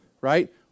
right